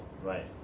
Right